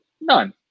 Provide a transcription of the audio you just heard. None